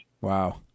Wow